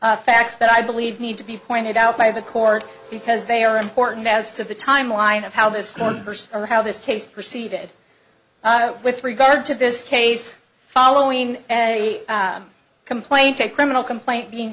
facts that i believe need to be pointed out by the court because they are important as to the timeline of how this going or how this case proceeded with regard to this case following a complaint a criminal complaint being